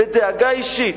בדאגה אישית.